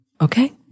Okay